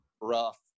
rough